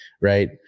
right